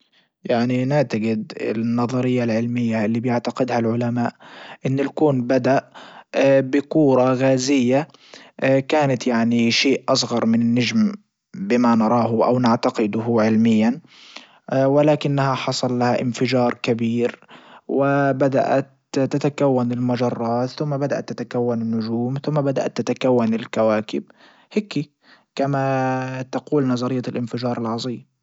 يعني نعتجد النظرية العلمية اللي بيعتقدها العلماء ان الكون بدأ بكورة غازية كانت يعني شيء اصغر من نجم بما نراه او نعتقده علميا ولكنها حصل لها انفجار كبير وبدأت تتكون المجرات ثم بدأت تتكون النجوم ثم بدأت تتكون الكواكب هيكي كما تقول نظرية الانفجار العظيم.